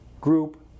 group